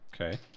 Okay